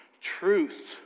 Truth